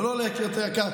זה לא יותר יקר.